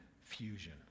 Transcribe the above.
fusion